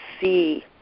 see